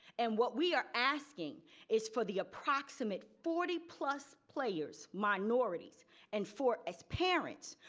and what we are asking is for the approximate forty plus players minorities and for us parents,